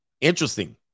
Interesting